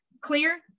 clear